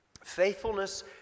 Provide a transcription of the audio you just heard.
faithfulness